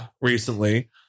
recently